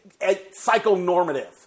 psychonormative